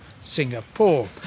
Singapore